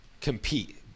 compete